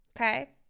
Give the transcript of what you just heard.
okay